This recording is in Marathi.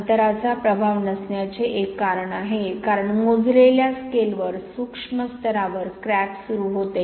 अंतराचा प्रभाव नसण्याचे एक कारण आहे कारण मोजलेल्या स्केलवर सूक्ष्म स्तरावर क्रॅक सुरू होते